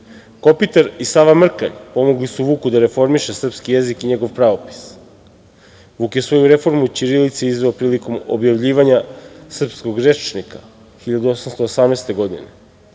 Kopitar i Sava Mrkalj pomogli su Vuku da reformiše srpski jezik i njegov pravopis. Vuk je svoju reformu ćirilice izveo prilikom objavljivanja srpskog rečnika 1818. godine.